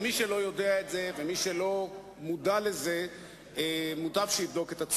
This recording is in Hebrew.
ודבר שלדעתי יהיה בעוכרי המשק